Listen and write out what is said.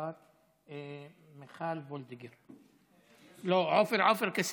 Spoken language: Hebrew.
מיכל וולדיגר, לא, עופר כסיף.